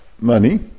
money